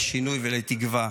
לשינוי ולתקווה